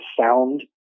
sound